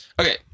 Okay